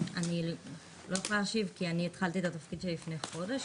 אני לא יכולה להשיב כי אני התחלתי את התפקיד שלי לפני חודש,